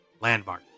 Landmark